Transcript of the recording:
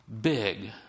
big